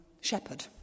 shepherd